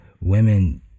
women